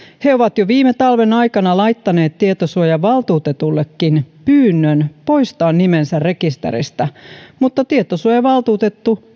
he ovat jo viime talven aikana laittaneet tietosuojavaltuutetullekin pyynnön poistaa nimensä rekisteristä mutta tietosuojavaltuutettu